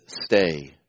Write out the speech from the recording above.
stay